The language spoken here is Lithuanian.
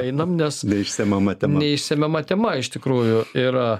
einam nes neišsemiama tema neišsemiama tema iš tikrųjų yra